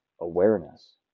awareness